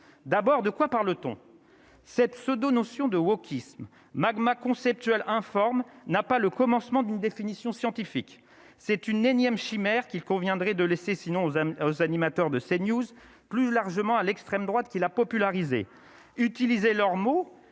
d'abord de quoi parle-t-on cette pseudo notion de wokisme magma conceptuel informe n'a pas le commencement d'une définition scientifique, c'est une énième chimère qu'il conviendrait de laisser sinon aux amis, aux animateurs de ses News plus largement à l'extrême droite, qui l'a popularisé utiliser leurs mots,